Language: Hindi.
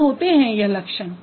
क्या होते हैं यह लक्षण